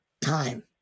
time